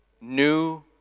New